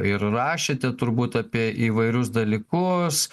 ir rašėte turbūt apie įvairius dalykus